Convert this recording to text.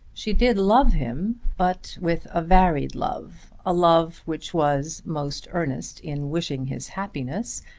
she did love him but with a varied love a love which was most earnest in wishing his happiness,